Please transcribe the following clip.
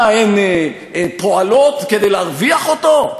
מה, הן פועלות כדי להרוויח אותו?